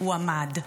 הוא עמד.